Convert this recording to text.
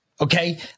Okay